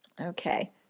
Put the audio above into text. okay